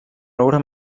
roure